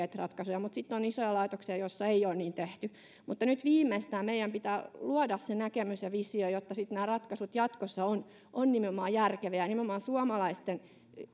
ratkaisuja mutta sitten isoja laitoksia joissa ei ole niin tehty mutta nyt viimeistään meidän pitää luoda se näkemys ja visio jotta nämä ratkaisut jatkossa ovat nimenomaan järkeviä ja nimenomaan suomalaisten